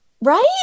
Right